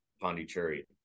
Pondicherry